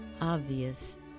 obvious